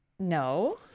No